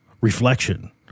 reflection